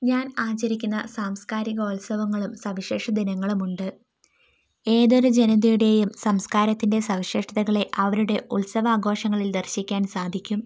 ഞാൻ ആചരിക്കുന്ന സാംസ്കാരികോത്സവങ്ങളും സവിശേഷ ദിനങ്ങളുമുണ്ട് ഏതൊരു ജനതയുടെയും സംസ്ക്കാരത്തിൻ്റെ സവിശേഷതകളെ അവരുടെ ഉത്സവാഘോഷങ്ങളിൽ ദർശിക്കാൻ സാധിക്കും